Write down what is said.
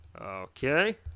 Okay